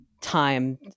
time